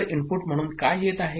तर इनपुट म्हणून काय येत आहे